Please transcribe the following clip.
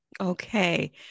Okay